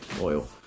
oil